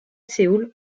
séoul